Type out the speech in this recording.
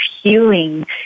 healing